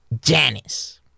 Janice